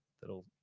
that'll